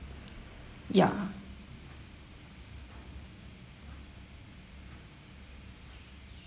ya